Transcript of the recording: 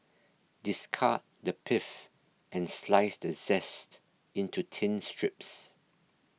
discard the pith and slice the zest into thin strips